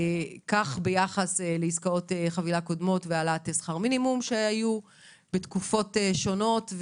כך ביחס לעסקאות חבילה קודמות שהיו והעלאת שכר מינימום בתקופות שונות.